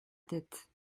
tête